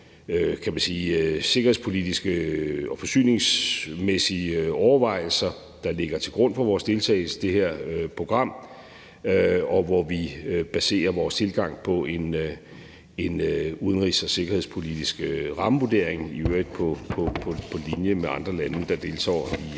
en række sikkerhedspolitiske og forsyningsmæssige overvejelser, der ligger til grund for vores deltagelse i det her program, og hvor vi baserer vores tilgang på en udenrigs- og sikkerhedspolitisk rammevurdering, og hvor vi i øvrigt er på linje med andre lande, der deltager i